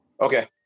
Okay